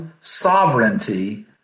sovereignty